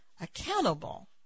accountable